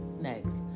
next